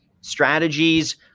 strategies